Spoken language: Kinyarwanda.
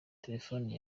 telefone